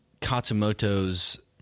Katsumoto's